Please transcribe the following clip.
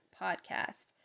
podcast